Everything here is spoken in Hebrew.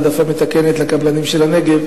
לתת העדפה מתקנת לקבלנים של הנגב.